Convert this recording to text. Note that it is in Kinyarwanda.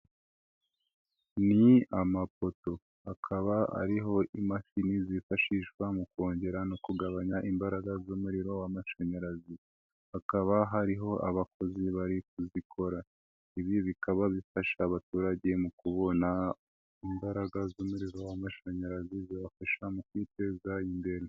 Ni amapoto akaba ariho imashini zifashishwa mu kongera no kugabanya imbaraga z'umuriro w'amashanyarazi, hakaba hariho abakozi bari kuzikora, ibi bikaba bifasha abaturage mu kubona imbaraga z'umurio w'amashanyarazi zibafasha mu kwiteza imbere.